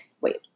wait